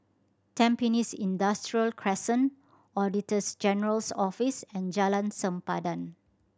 Tampines Industrial Crescent Auditors General's Office and Jalan Sempadan